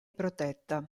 protetta